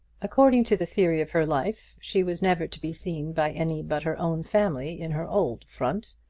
according to the theory of her life, she was never to be seen by any but her own family in her old front.